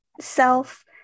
self